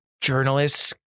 journalists